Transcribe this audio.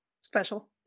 Special